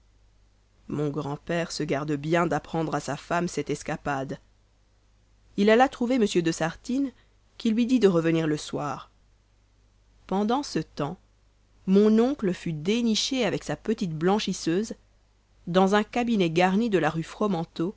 mon grand-père se garde bien d'apprendre à sa femme cette escapade il alla trouver m de sartines qui lui dit de revenir le soir pendant ce temps mon oncle fut déniché avec sa petite blanchisseuse dans un cabinet garni de la rue